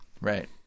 Right